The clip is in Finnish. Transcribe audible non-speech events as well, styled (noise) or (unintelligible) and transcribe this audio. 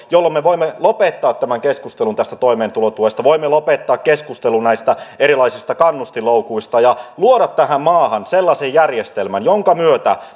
jolloin me voimme lopettaa tämän keskustelun tästä toimeentulotuesta voimme lopettaa keskustelun näistä erilaisista kannustinloukuista ja luoda tähän maahan sellaisen järjestelmän jonka myötä (unintelligible)